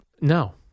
No